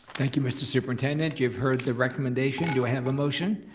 thank you mr. superintendent, you have heard the recommendation. do i have a motion?